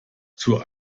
zur